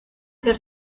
ser